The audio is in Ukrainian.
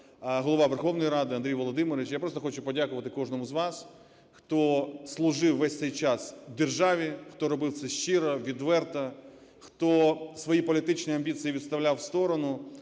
Голова Верховної Ради Андрій Володимирович. Я просто хочу подякувати кожному з вас, хто служив весь цей час державі, хто робив це щиро, відверто, хто свої політичні амбіції відставляв в сторону,